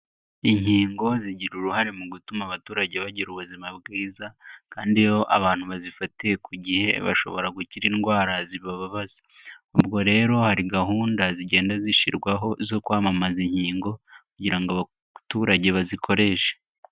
Inkingo zigira uruhare mu gutuma abaturage bagira ubuzima bwiza kandi iyo abantu bazifatiye ku gihe bashobora gukira indwara zibabaza, ubwo rero hari gahunda zigenda zishyirwaho zo kwamamaza inkingo kugira ngo abaturage bazikoreshe.